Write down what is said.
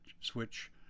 switch